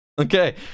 Okay